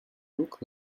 look